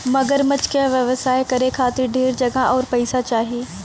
मगरमच्छ क व्यवसाय करे खातिर ढेर जगह आउर पइसा चाही